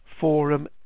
forum